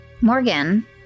Morgan